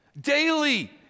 daily